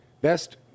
Best